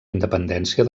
independència